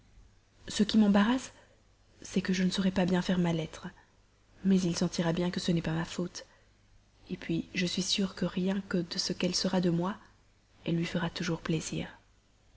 ce qui m'embarrasse c'est que je ne saurai pas bien faire ma lettre mais il sentira bien que ce n'est pas ma faute puis je suis sûre que rien que de ce qu'elle sera de moi elle lui fera toujours plaisir